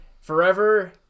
forever